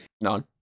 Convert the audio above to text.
None